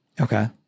Okay